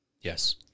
Yes